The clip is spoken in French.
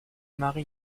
marie